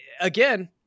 again